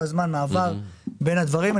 יש מעבר כל הזמן בין הצדדים,